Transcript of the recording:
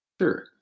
Sure